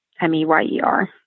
M-E-Y-E-R